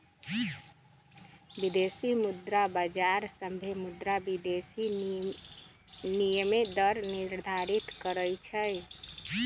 विदेशी मुद्रा बाजार सभे मुद्रा विदेशी विनिमय दर निर्धारित करई छई